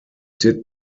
did